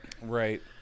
Right